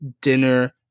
dinner